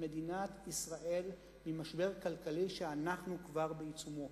מדינת ישראל ממשבר כלכלי שאנחנו כבר בעיצומו.